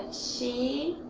she